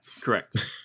correct